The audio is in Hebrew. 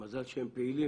מזל שהם פעילים,